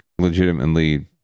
legitimately